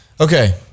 Okay